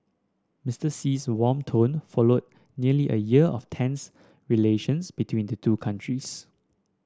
Mister Xi's warm tone followed nearly a year of tense relations between the two countries